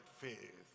faith